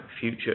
future